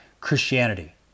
Christianity